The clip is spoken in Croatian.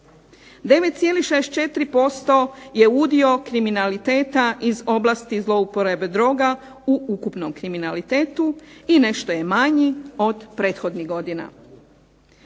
9,64% je u dio kriminaliteta iz oblasti zlouporabe droga u ukupnom kriminalitetu i nešto je manji od prethodnih godina.